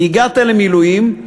והגעת למילואים,